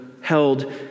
held